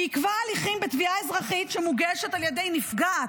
היא עיכבה הליכים בתביעה אזרחית שמוגשת על ידי נפגעת,